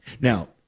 Now